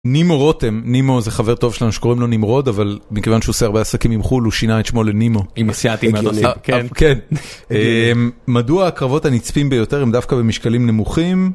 נימו רותם, נימו זה חבר טוב שלנו שקוראים לו נמרוד, אבל מכיוון שהוא עושה הרבה עסקים עם חול הוא שינה את שמו לנימו. עם אסיאתים אלו, כן, כן. מדוע הקרבות הנצפים ביותר הם דווקא במשקלים נמוכים?